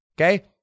okay